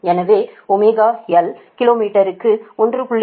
எனவே ωl கிலோ மீட்டருக்கு 1